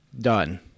done